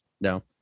No